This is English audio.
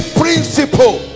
principle